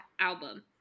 album